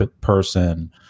person